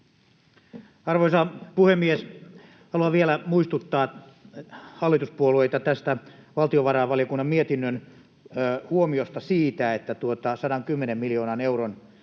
Arvoisa puhemies! Haluan vielä muistuttaa hallituspuolueita tästä valtiovarainvaliokunnan mietinnön huomiosta siitä, että tuota 110 miljoonan euron